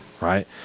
Right